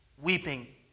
weeping